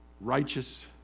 righteous